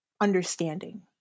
understanding